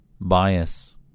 bias